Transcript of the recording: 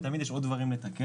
ותמיד יש עוד דברים לתקן,